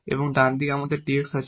এবং ডানদিকে আমাদের dx আছে